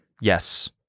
Yes